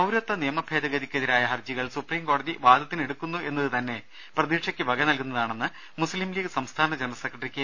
പൌരത്വ നിയമ ഭേദഗതിക്കെതിരായ ഹർജികൾ സൂപ്രീം കോടതി വാദത്തിന് എടുക്കുക്കുന്നു എന്നതു തന്നെ പ്രതീക്ഷക്കു വക നൽകുന്നതാണെന്ന് മുസ്ലീം ലീഗ് സംസ്ഥാന ജനറൽ സെക്രട്ടറി കെ